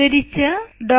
അന്തരിച്ച ഡോ